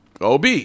OB